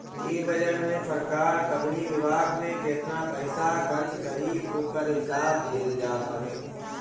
इ बजट में सरकार कवनी विभाग पे केतना पईसा खर्च करी ओकर हिसाब दिहल जात हवे